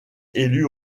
élu